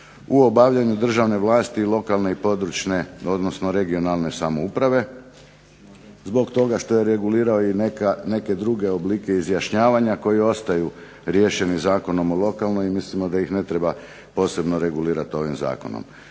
u obavljanju državne vlasti i lokalne i područne (regionalne) samouprave, zbog toga što je regulirao i neke druge oblike izjašnjavanja koji ostaju riješeni Zakonom o lokalnoj, i mislimo da ih ne treba posebno regulirati ovim zakonom.